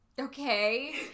Okay